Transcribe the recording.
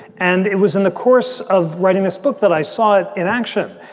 and it was in the course of writing this book that i saw it in action.